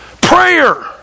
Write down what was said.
Prayer